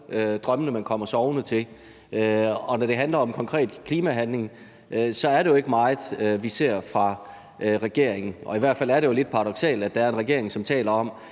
drømmene, man kommer sovende til, og når det handler om konkret klimahandling, er det jo ikke meget, vi ser fra regeringens side. I hvert fald er det jo lidt paradoksalt, at der er en regering, som taler om,